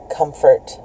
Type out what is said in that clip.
comfort